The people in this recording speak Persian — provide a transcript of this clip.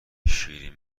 شیرین